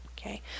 Okay